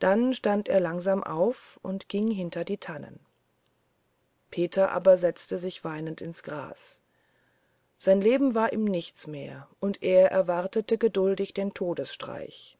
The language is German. dann stand er langsam auf und ging hinter die tannen peter aber setzte sich weinend ins gras sein leben war ihm nichts mehr und er erwartete geduldig den todesstreich